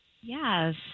Yes